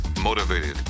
motivated